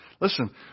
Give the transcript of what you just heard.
Listen